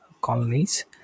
colonies